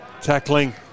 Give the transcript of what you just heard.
tackling